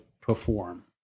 perform